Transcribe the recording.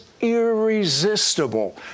irresistible